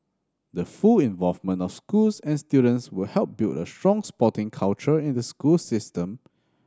the full involvement of schools and students will help build a strong sporting culture in the school system